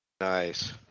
Nice